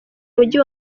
mujyi